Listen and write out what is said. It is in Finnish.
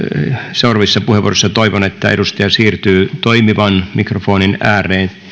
seuraavissa puheenvuoroissa edustaja siirtyy toimivan mikrofonin ääreen